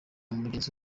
mugenzi